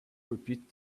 repeat